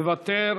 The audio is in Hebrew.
מוותר.